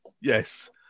yes